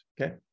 Okay